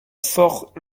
fort